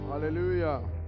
Hallelujah